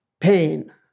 pain